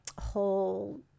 whole